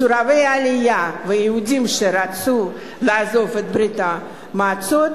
מסורבי העלייה ויהודים שרצו לעזוב את ברית-המועצות,